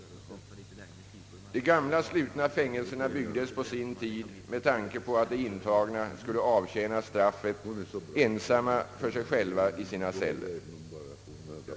De gamla slutna fängelserna byggdes på sin tid med tanke på att de intagna skulle avtjäna straffet ensamma för sig själva i sina celler.